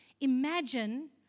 Imagine